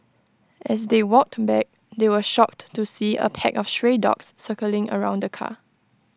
as they walked back they were shocked to see A pack of stray dogs circling around the car